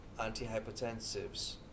antihypertensives